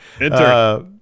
Enter